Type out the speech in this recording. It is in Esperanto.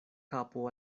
kapo